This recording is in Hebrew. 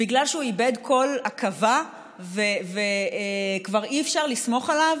בגלל שהוא איבד כל עכבה וכבר אי-אפשר לסמוך עליו